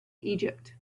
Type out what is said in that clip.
egypt